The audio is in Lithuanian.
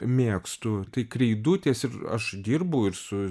mėgstu tai kreidutės ir aš dirbu ir su